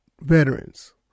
veterans